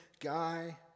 guy